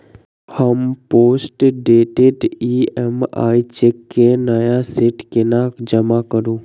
हम postdated EMI cheque केँ नया सेट केना जमा करू?